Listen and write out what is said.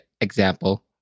example